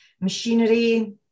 machinery